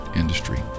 industry